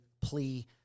plea